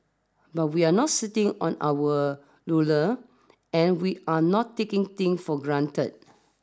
but we're not sitting on our laurel and we're not taking things for granted